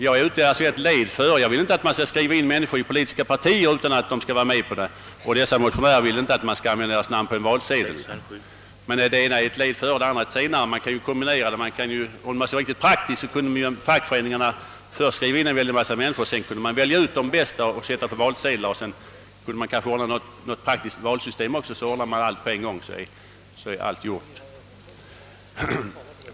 Jag vill inte att människor skall skrivas in i politiska partier utan att de är med på det, och de som står bakom motionen II:163 vill inte att enskilda personers namn skall upptagas på valsedel utan vederbörandes eget medgivande och vetskap. Det rör sig alltså helt enkelt om ett tidigare och ett senare led i samma tankegång, men de skulle ju kunna kombineras. Rent praktiskt vore väl annars det bästa att först låta fackföreningarna skriva in en mängd människor och sedan välja ut de lämpligaste samt sätta upp deras namn på valsedlar.